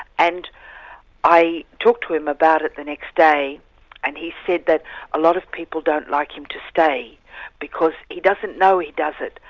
and i talked to him about it the next day and he said that a lot of people don't like him to stay because he doesn't know he does it,